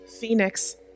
Phoenix